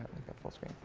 that full screen.